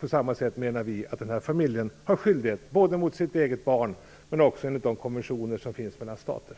På samma vis anser vi att denna familj har skyldigheter både mot sitt eget barn och enligt de konventioner som finns mellan stater.